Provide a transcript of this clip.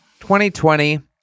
2020